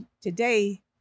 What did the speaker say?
Today